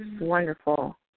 wonderful